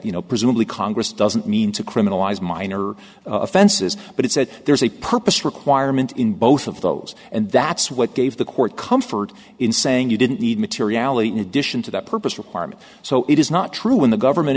you know presumably congress doesn't mean to criminalize minor offenses but it said there's a purpose requirement in both both of those and that's what gave the court comfort in saying you didn't need materiality in addition to that purpose requirement so it is not true when the government